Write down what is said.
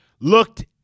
looked